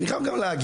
ואני חייב גם להגיד,